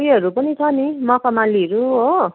उयोहरू पनि छ नि मखमलीहरू हो